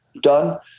done